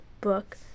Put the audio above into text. book